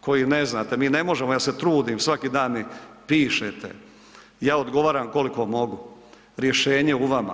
koji ne znate, mi ne možemo, ja se trudim, svaki dan mi pišete, ja odgovaram koliko mogu, rješenje je u vama.